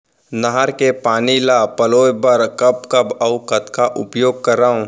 नहर के पानी ल पलोय बर कब कब अऊ कतका उपयोग करंव?